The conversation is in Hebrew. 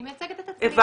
אני מייצגת את עצמי.